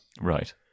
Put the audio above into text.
Right